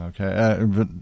Okay